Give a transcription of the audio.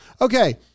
Okay